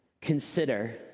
consider